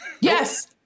Yes